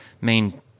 main